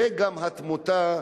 וגם התמותה,